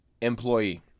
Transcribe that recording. employee